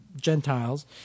Gentiles